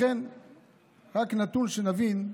רק נתון שנבין: